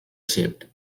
shaped